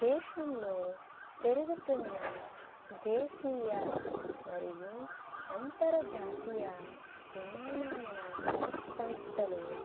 దేశంలో పెరుగుతున్న దేశీయ మరియు అంతర్జాతియా విమానయాన సంస్థలు